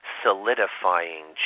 solidifying